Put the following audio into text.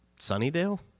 Sunnydale